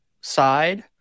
side